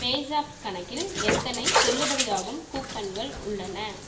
பேஸாப் கணக்கில் எத்தனை செல்லுபடியாகும் கூப்பன்கள் உள்ளன